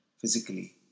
physically